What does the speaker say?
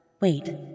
Wait